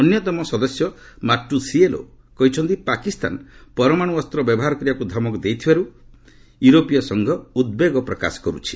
ଅନ୍ୟତମ ସଦସ୍ୟ ମାର୍ଟୁସିଏଲୋ କହିଛନ୍ତି ପାକିସ୍ତାନ ପରମାଣୁ ଅସ୍ତ୍ର ବ୍ୟବହାର କରିବାକୁ ଧମକ ଦେଇଥିବାରୁ ୟୁରୋପୀୟ ସଂଘ ଉଦ୍ବେଗ ପ୍ରକାଶ କରୁଛି